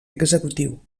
executiu